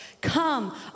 Come